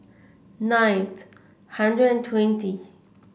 nine hundred twenty